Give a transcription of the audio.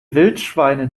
wildschweine